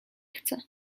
chce